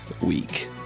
week